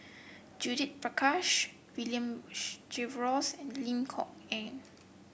Judith Prakash William Jervois and Lim Kok Ann